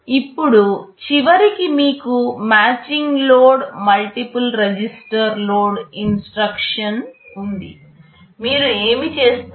ఇప్పుడు చివరికి మీకు matching load multiple register load instruction ఉంది మీరు ఏమి చేస్తారు